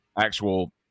actual